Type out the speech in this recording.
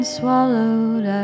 swallowed